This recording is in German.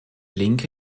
linke